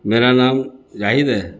میرا نام زاہد ہے